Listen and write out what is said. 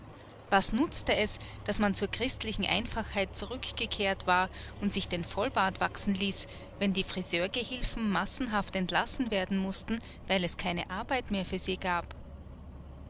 was nutzte es daß man zur christlichen einfachheit zurückgekehrt war und sich den vollbart wachsen ließ wenn die friseurgehilfen massenhaft entlassen werden mußten weil es keine arbeit mehr für sie gab